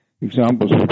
examples